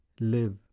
live